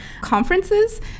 conferences